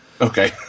Okay